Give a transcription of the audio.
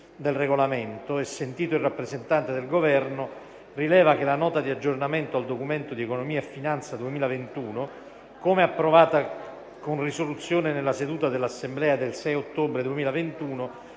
del Regolamento e sentito il rappresentante del Governo, rileva che la Nota di aggiornamento al Documento di economia e finanza (NADEF) 2021, come approvata con risoluzione nella seduta dell'Assemblea del 6 ottobre 2021,